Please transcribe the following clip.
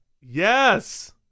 Yes